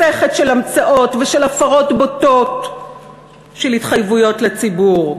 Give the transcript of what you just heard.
מסכת של המצאות ושל הפרות בוטות של התחייבויות לציבור.